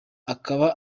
akaba